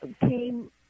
came